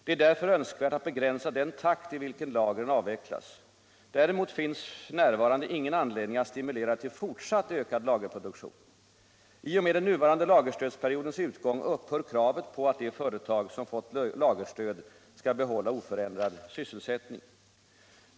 Det är därför önskvärt att begränsa den takt i vilken lagren avvecklas. Däremot finns f. n. ingen anledning att stimulera till fortsatt ökad lagerproduktion. I och med den nuvarande lagerstödsperiodens utgång upphör kravet på att de företag som fått lagerstöd skall behålla oförändrad sysselsättning.